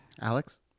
Alex